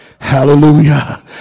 Hallelujah